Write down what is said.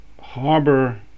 harbor